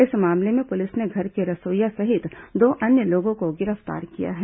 इस मामले में पुलिस ने घर के रसोइया सहित दो अन्य लोगों को गिरफ्तार किया है